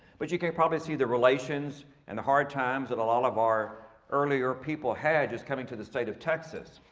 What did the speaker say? but you can probably see the relations and the hard times that all all of our earlier people had just coming to the state of texas.